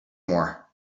more